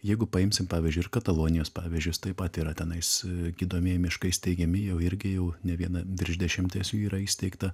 jeigu paimsim pavyzdžiui ir katalonijos pavyzdžius taip pat yra tenais gydomieji miškai steigiami jau irgi jau ne viena virš dešimties jų yra įsteigta